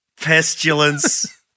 pestilence